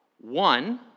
One